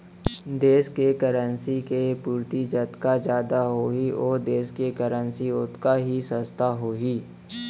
देस के करेंसी के पूरति जतका जादा होही ओ देस के करेंसी ओतका ही सस्ता होही